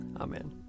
amen